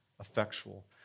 effectual